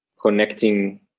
connecting